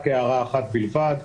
רק הערה אחת בלבד.